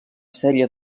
sèrie